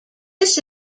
this